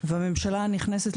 והממשלה הנכנסת,